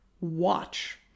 watch